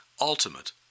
ultimate